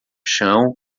chão